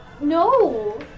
No